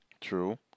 True